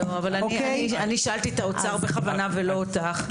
אבל אני שאלתי את האוצר בכוונה ולא אותך.